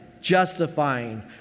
justifying